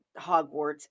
Hogwarts